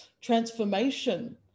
transformation